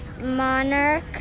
Monarch